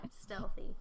stealthy